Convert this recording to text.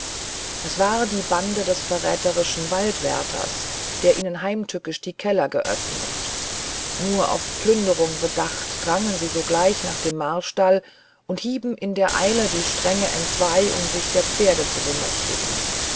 es war die bande des verräterischen waldwärters der ihnen heimtückisch die keller geöffnet nur auf plünderung bedacht drangen sie sogleich nach dem marstall und hieben in der eile die stränge entzwei um sich der pferde zu bemächtigen